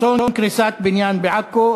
אסון קריסת בניין בעכו,